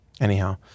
Anyhow